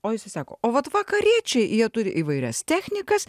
o jisai sako o vat vakariečiai jie turi įvairias technikas